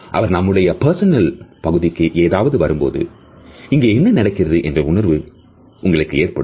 அவர் நம்முடைய பர்சனல் பகுதிக்கு எவராவது வரும்போது இங்கே என்ன நடக்கிறது என்ற உணர்வு உங்களுக்கு ஏற்படும்